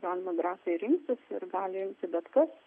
galima drąsiai rinktis ir gali bet kas